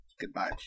Goodbye